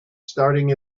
starting